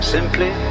Simply